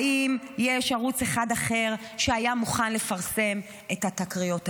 האם יש ערוץ אחד אחר שהיה מוכן לפרסם את התקריות האלה?